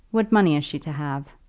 what money is she to have?